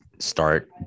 start